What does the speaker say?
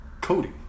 Cody